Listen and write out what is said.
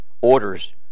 orders